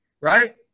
right